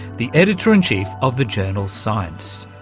the editor in chief of the journal science.